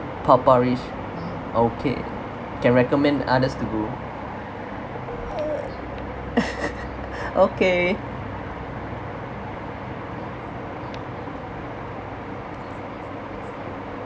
Papparich okay can recommend others to uh okay